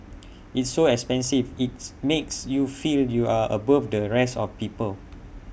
it's so expensive its makes you feel you're above the rest of people